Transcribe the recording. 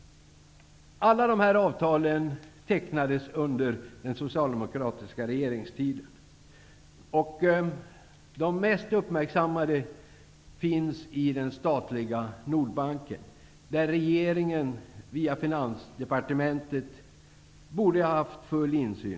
Alla dessa avtal tecknades under den socialdemokratiska regeringstiden. De mest uppmärksammade finns i den statliga Finansdepartementet borde ha haft full insyn.